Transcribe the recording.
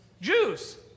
Jews